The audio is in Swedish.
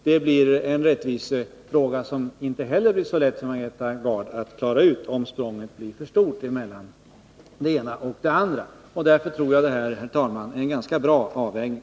Det blir en rättvisefråga som Margareta Gard inte får så lätt att klara ut, om språnget blir för stort mellan det ena och det andra. Därför tror jag att det här, herr talman, är en ganska bra avvägning.